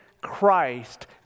Christ